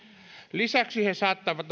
lisäksi he saattavat